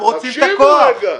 הם רוצים את הכוח.